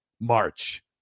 March